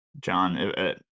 John